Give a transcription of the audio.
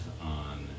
on